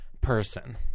person